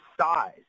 size